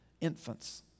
Infants